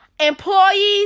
employees